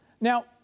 Now